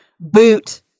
boot